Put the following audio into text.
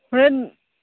ꯍꯣꯔꯦꯟ